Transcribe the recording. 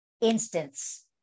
instance